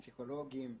פסיכולוגיים,